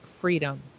freedom